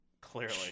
clearly